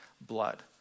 blood